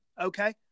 okay